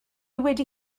wedi